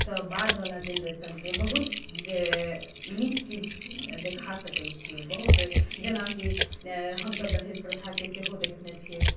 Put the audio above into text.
सँ बादवला जेनरेशनके बहुत नीक चीज देखा सकैत छियै बहुत जेना कि हमसभ दहेज प्रथाके सेहो देखने छियै